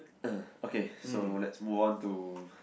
uh okay so let's move on to